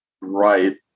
right